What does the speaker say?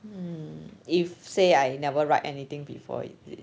um if say I never write anything before indeed